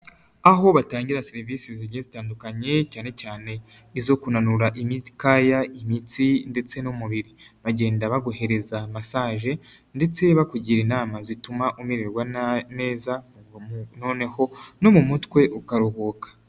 Aho batangira serivisi zigiye zitandukanye cyane cyane izo kunanura imikaya, imitsi ndetse n'umubiri, bagenda baguhereza masaje ndetse bakugira inama zituma umererwa neza noneho no mu mutwe ukaruhuka.